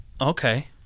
Okay